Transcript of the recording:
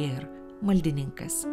ir maldininkas